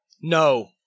No